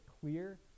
clear